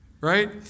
Right